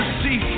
see